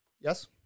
Yes